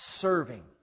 serving